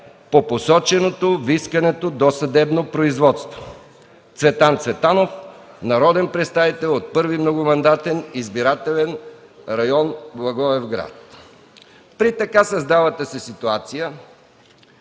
по посоченото в искането досъдебно производство. Цветан Цветанов – народен представител от 1. многомандатен избирателен район – Благоевград.” При така създалата се ситуация